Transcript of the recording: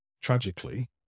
tragically